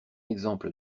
exemple